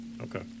Okay